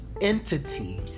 entity